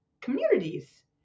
communities